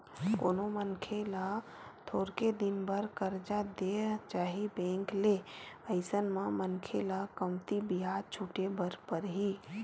कोनो मनखे ल थोरके दिन बर करजा देय जाही बेंक ले अइसन म मनखे ल कमती बियाज छूटे बर परही